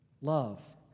love